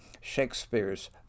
Shakespeare's